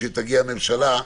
שתגיע הממשלה,